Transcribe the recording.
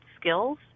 skills